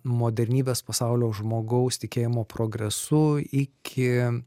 modernybės pasaulio žmogaus tikėjimo progresu iki